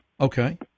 Okay